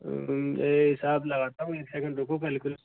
हिसाब लगाता हूँ एक सेकेंड रुको